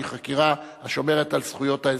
שהיא חקירה השומרת על זכויות האזרח,